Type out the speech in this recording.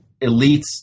elites